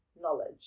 knowledge